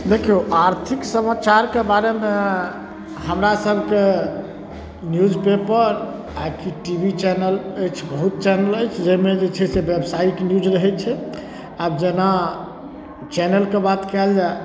देखियौ आर्थिक समाचारके बारेमे हमरा सभके न्यूज पेपर आ कि टेलिविजन चेनल अछि बहुत चेनल जाहिमे जे छै से ब्यवसायिक न्यूज रहै छै आब जेना चेनल के बात कयल जाय